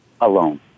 alone